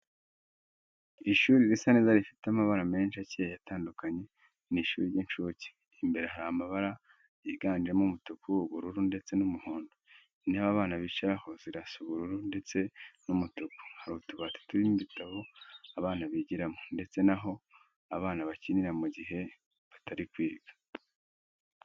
Ishuri risa neza rifite amabara menshi akeye atandukanye, ni ishuri ry'incuke. Imbere hari amabara yiganjemo umutuku, ubururu, ndetse n'umuhondo. Intebe abana bicaraho zirasa ubururu, ndetse n'umutuku, Hari utubati turimo ibitabo abana bigiramo, ndetse naho abana bakinira mu gihe batari kwiga.